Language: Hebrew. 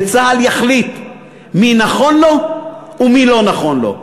וצה"ל יחליט מי נכון לו ומי לא נכון לו.